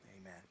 Amen